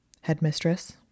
Headmistress